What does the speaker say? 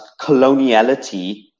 coloniality